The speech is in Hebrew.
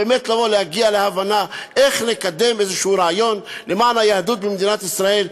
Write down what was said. באמת להגיע להבנה איך לקדם איזה רעיון למען היהדות במדינת ישראל,